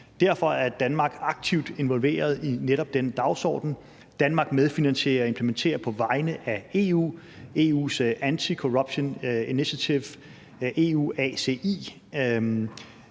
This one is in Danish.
Derfor er Danmark aktivt involveret i netop denne dagsorden. Danmark medfinansierer og implementerer på vegne af EU EU's Anti-Corruption Initiative, EUACI,